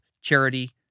charity